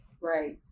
right